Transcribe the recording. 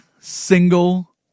single